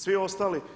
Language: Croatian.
Svi ostali.